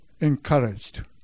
encouraged